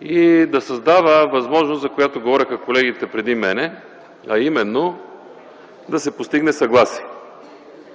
и да създава възможност, за която говореха колегите преди мен, а именно да се постигне съгласие.